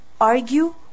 argue